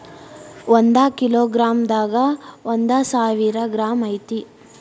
ಒಂದ kilogram ದಾಗ ಒಂದ ಸಾವಿರ ಗ್ರಾಂ ಐತಿ